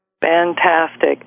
Fantastic